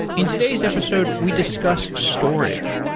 in today's episode, we discuss storage.